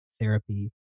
therapy